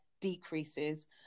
decreases